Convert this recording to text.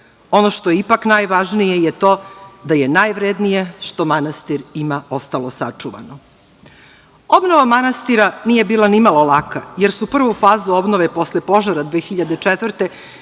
Ono što je ipak najvažnije je to da je najvrednije što manastir ima ostalo sačuvano. Obnova manastira nije bila nimalo laka, jer su prvu fazu obnove posle požara 2004.